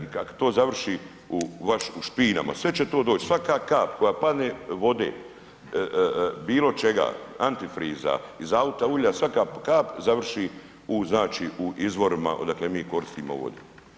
I ako to završi u špinama, sve će to doći, svaka kap koja padne vode bilo čega, antifriza iz auta, ulja, svaka kap završi u izvorima odakle mi koristimo vodu.